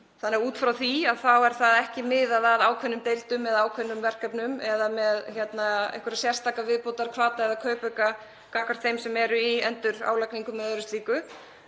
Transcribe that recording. Þannig að út frá því þá er það ekki miðað að ákveðnum deildum eða ákveðnum verkefnum eða með einhverja sérstaka viðbótarhvata eða kaupauka gagnvart þeim sem eru í endurálagningum eða öðru slíku.